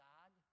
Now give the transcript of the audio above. God